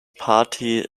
party